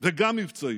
וגם מבצעית.